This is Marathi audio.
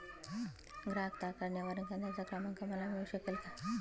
ग्राहक तक्रार निवारण केंद्राचा क्रमांक मला मिळू शकेल का?